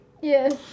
Yes